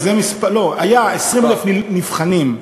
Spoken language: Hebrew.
לא, היו 20,000 נבחנים.